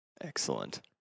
Excellent